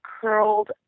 curled